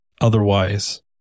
Otherwise